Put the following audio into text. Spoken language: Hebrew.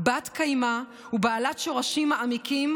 בת-קיימא ובעלת שורשים מעמיקים,